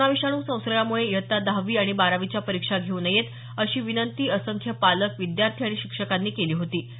corona विषाणू संसर्गामुळे इयत्ता दहावी आणि बारावीच्या परीक्षा घेऊ नयेत अशी विनंती असंख्य पालक विद्यार्थी आणि शिक्षकांनी केली होती